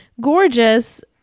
gorgeous